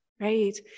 right